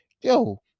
Yo